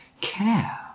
care